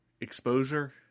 Exposure